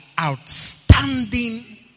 outstanding